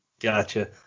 Gotcha